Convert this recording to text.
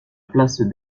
place